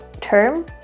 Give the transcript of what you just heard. term